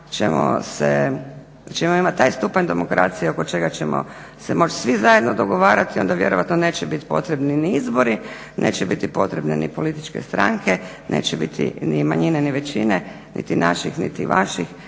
ćemo imati taj stupanj demokracije oko čega ćemo se moć svi zajedno dogovarati onda vjerojatno neće biti potrebni ni izbori, neće biti potrebne ni političke stranke, neće biti ni manjine ni većine niti naših niti vaših